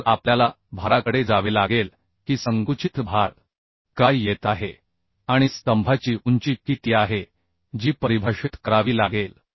मग आपल्याला भाराकडे जावे लागेल की संकुचित भार काय येत आहे आणि स्तंभाची उंची किती आहे जी परिभाषित करावी लागेल